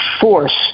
force